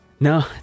No